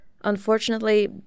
Unfortunately